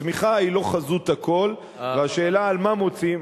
הצמיחה היא לא חזות הכול, והשאלה על מה מוציאים,